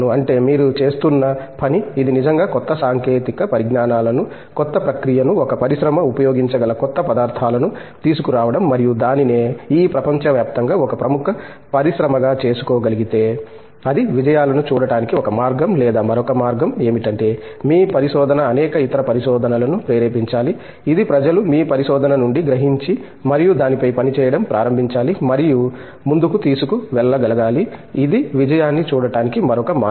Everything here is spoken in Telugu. అంటే మీరు చేస్తున్న పని ఇది నిజంగా కొత్త సాంకేతిక పరిజ్ఞానాలను క్రొత్త ప్రక్రియను ఒక పరిశ్రమ ఉపయోగించగల కొత్త పదార్థాలను తీసుకురావడం మరియు దానినే ఈ ప్రపంచవ్యాప్తంగా ఒక ప్రముఖ పరిశ్రమగా చేసుకోగలితే అది విజయాలను చూడటానికి ఒక మార్గం లేదా మరొక మార్గం ఏమిటంటే మీ పరిశోధన అనేక ఇతర పరిశోధనలను ప్రేరేపించాలి ఇది ప్రజలు మీ పరిశోధన నుండి గ్రహించి మరియు దానిపై పనిచేయడంప్రారంభించాలి మరియు ముందుకు తీసుకు వెళ్లగలగాలి ఇది విజయాన్ని చూడటానికి మరొక మార్గం